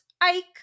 Ike